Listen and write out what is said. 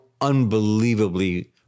unbelievably